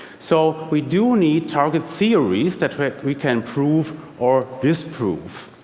so we do need target theories that we can prove or disprove.